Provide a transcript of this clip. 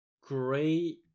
gray